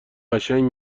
قشنگ